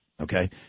Okay